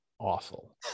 awful